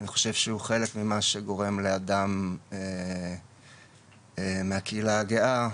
אני חושב שהם חלק ממה שגורם לאדם מהקהילה הגאה,